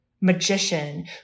magician